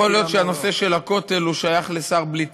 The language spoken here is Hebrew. יכול להיות שהנושא של הכותל שייך לשר בלי תיק.